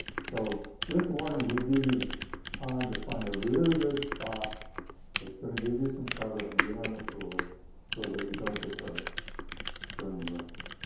so this warning would give you time to find a really good spot that's going to give you some cover and get on the floor so that you don't get hurt during the earthquake.